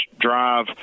drive